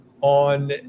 on